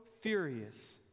furious